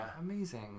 Amazing